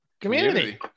community